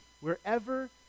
wherever